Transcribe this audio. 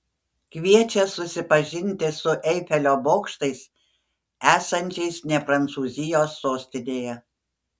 kviečia susipažinti su eifelio bokštais esančiais ne prancūzijos sostinėje